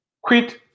Quit